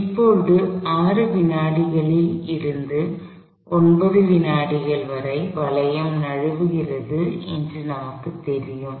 இப்போது 6 வினாடிகளில் இருந்து 9 வினாடிகள் வரை வளையம் நழுவுகிறது என்று நமக்குத் தெரியும்